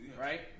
right